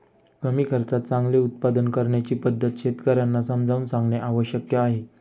कमी खर्चात चांगले उत्पादन करण्याची पद्धत शेतकर्यांना समजावून सांगणे आवश्यक आहे